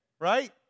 right